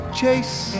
chase